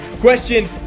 Question